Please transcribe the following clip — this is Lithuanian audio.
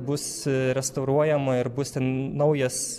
bus restauruojama ir bus ten naujas